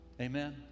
Amen